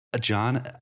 John